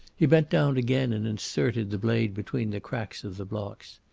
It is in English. he bent down again and inserted the blade between the cracks of the blocks.